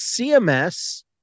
CMS